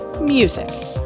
music